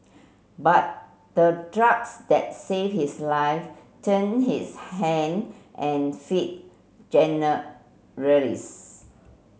but the drugs that saved his life turned his hand and feet